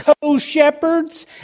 co-shepherds